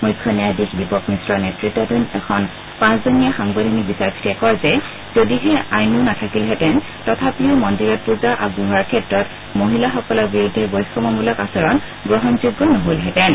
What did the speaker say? মুখ্য ন্যায়াধীশ দীপক মিশ্ৰ নেত়তাধীন এখন পাঁচজনীয়া সাংবিধানিক বিচাৰপীঠে কয় যে যদিহে আইনো নাথাকিলহেঁতেন তথাপিও মন্দিৰত পূজা আগবঢ়োৱাৰ ক্ষেত্ৰত মহিলাসকলৰ বিৰুদ্ধে বৈষম্য মূলক আচৰণ গ্ৰহণযোগ্য নহলহেঁতেন